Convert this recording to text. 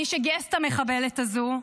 מי שגייס את המחבלת הזו,